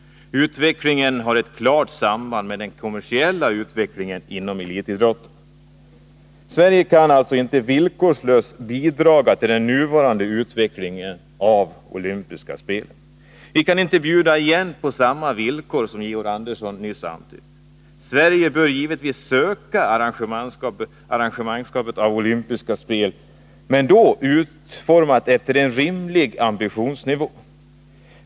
Utvecklingen har ett klart samband med den kommersiella Sverige kan alltså inte villkorslöst bidra till den nuvarande utvecklingen av de olympiska spelen. Vi kan inte bjuda igen på samma villkor, som Georg Andersson nyss antydde. Sverige bör naturligtvis söka arrangörsskapet för olympiska spel, men då skall dessa utformas efter en rimlig ambitionsnivå.